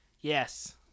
Yes